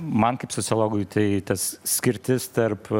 man kaip sociologui tai tas skirtis tarp